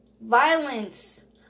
Violence